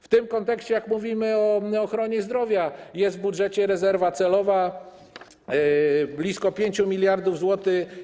W tym kontekście, jak mówimy o ochronie zdrowia, jest w budżecie rezerwa celowa blisko 5 mld zł.